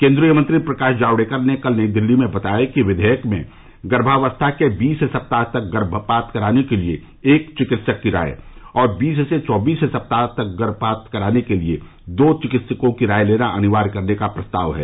केन्द्रीय मंत्री प्रकाश जावडेकर ने कल नई दिल्ली में बताया कि विधेयक में गर्भावस्था के बीस सप्ताह तक गर्भपात कराने के लिए एक चिकित्सक की राय और बीस से चौबीस सप्ताह तक गर्भपात कराने के लिए दो चिकित्सकों की राय लेना अनिवार्य करने का प्रस्ताव है